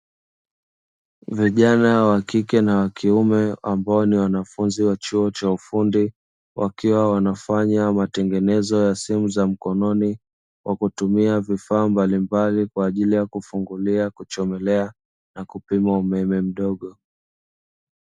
Vijana wakike na wakiume ambao ni wanafunzi wa chuo cha ufundi wakiwa wanafanya matengenezo ya simu za mikononi kwakutumia vifaa mbalimbali kwaajili yakufungulia, kuchomelea na kupima umeme mdogo.